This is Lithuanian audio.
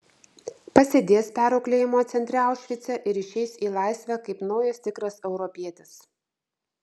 pasėdės perauklėjimo centre aušvice ir išeis į laisvę kaip naujas tikras europietis